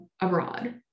abroad